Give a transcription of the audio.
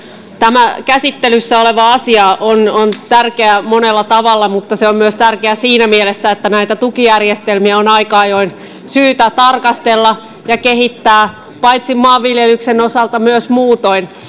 tämä käsittelyssä oleva asia on on tärkeä monella tavalla mutta se on myös tärkeä siinä mielessä että näitä tukijärjestelmiä on aika ajoin syytä tarkastella ja kehittää paitsi maanviljelyksen osalta myös muutoin